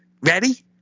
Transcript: Ready